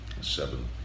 seven